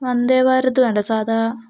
വന്ദേ ഭാരത് വേണ്ട സാധാ